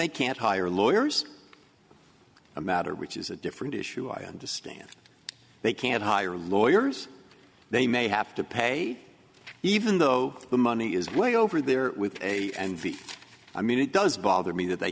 they can't hire lawyers a matter which is a different issue i understand they can't hire lawyers they may have to pay even though the money is way over there with a and i mean it does bother me that they